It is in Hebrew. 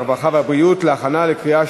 הרווחה והבריאות נתקבלה.